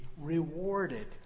rewarded